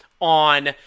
on